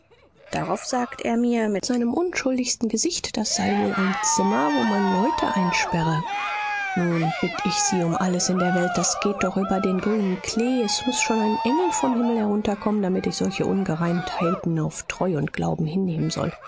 darauf sagt er mir mit seinem unschuldigsten gesicht das sei wohl ein zimmer wo man leute einsperre nun bitt ich sie um alles in der welt das geht doch über den grünen klee es muß schon ein engel vom himmel herunterkommen damit ich solche ungereimtheiten auf treu und glauben hinnehmen soll